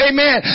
Amen